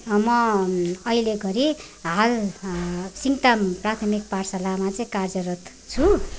म अहिले घडी हाल सिङताम प्राथमिक पाठशालामा चाहिँ कार्यरत छु